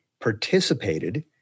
participated